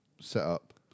setup